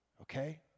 okay